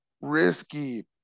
Risky